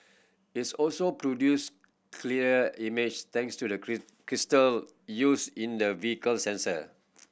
its also produce clearer image thanks to the crystal used in the vehicle's sensor